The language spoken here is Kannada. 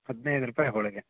ಹದಿನೈದು ರೂಪಾಯಿ ಹೋಳಿಗೆ